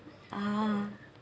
ah